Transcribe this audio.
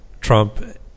Trump